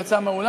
הוא יצא מהאולם,